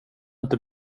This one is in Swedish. inte